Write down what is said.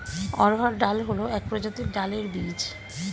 অড়হর ডাল হল এক প্রজাতির ডালের বীজ